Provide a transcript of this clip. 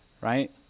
right